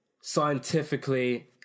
scientifically